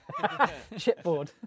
Chipboard